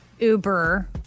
Uber